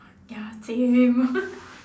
ya same